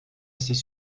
ces